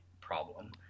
problem